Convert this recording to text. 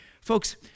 Folks